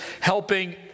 helping